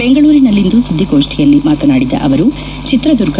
ಬೆಂಗಳೂರಿನಲ್ಲಿಂದು ಸುದ್ದಿಗೋಷ್ಠಿಯಲ್ಲಿ ಮಾತನಾಡಿದ ಅವರು ಚಿತ್ರದುರ್ಗ